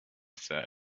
said